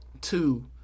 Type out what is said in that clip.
two